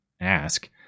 ask